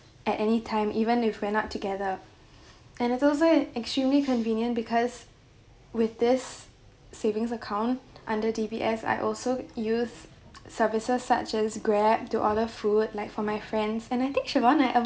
at anytime even if we're not together and it's also extremely convenient because with this savings account under D_B_S I also use services such as Grab to order food like for my friends and I think chivonne I